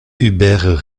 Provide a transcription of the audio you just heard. hubert